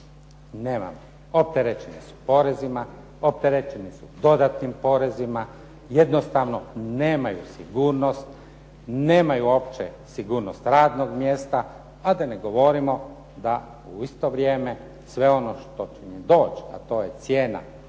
nema. Opterećeni su porezima, opterećeni su dodatnim porezima. Jednostavno, nemaju sigurnost, nemaju uopće sigurnost radnog mjesta a da ne govorimo da u isto vrijeme sve ono što će im doći a to je cijena